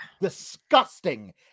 disgusting